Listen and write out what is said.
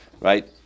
right